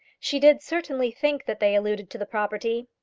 she did certainly think that they alluded to the property.